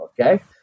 okay